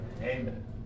Amen